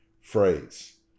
phrase